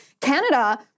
Canada